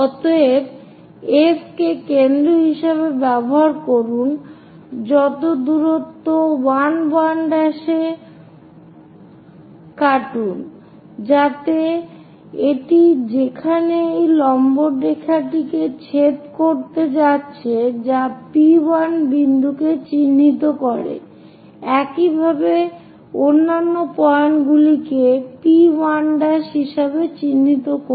অতএব F কে কেন্দ্র হিসাবে ব্যবহার করুন যত দূরত্ব 1 1' এটি কাটুন যাতে এটি যেখানে এই লম্বরেখাটিকে ছেদ করতে যাচ্ছে যা P1 বিন্দুকে চিহ্নিত করে একইভাবে অন্যান্য পয়েন্টগুলিকে P 1' হিসাবে চিহ্নিত করে